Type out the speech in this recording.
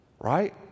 right